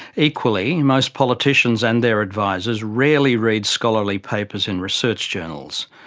equally, most politicians and their advisors rarely read scholarly papers in research journals.